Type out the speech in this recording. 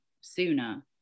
sooner